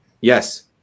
Yes